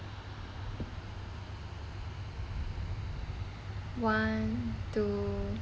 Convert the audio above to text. one two